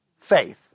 faith